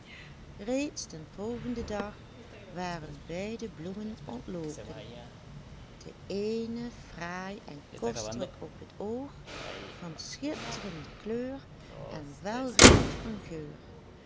reeds den volgenden dag waren beide bloemen ontloken de eene fraai en kostelijk op het oog van schitterende kleur en welriekend van geur